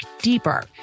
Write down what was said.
deeper